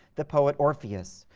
the poet orpheus,